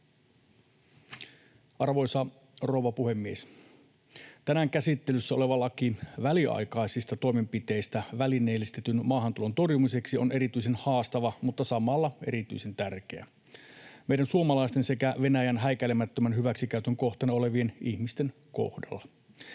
Arvoisa rouva puhemies! Tänään käsittelyssä oleva laki väliaikaisista toimenpiteistä välineellistetyn maahantulon torjumiseksi on erityisen haastava mutta samalla erityisen tärkeä meidän suomalaisten sekä Venäjän häikäilemättömän hyväksikäytön kohteena olevien ihmisten kohdalla.